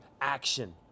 action